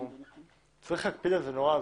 צריך להקפיד על כך.